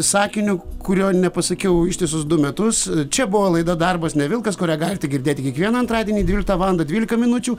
sakiniu kurio nepasakiau ištisus du metus čia buvo laida darbas ne vilkas kurią galite girdėti kiekvieną antradienį dvyliktą valandą dvylika minučių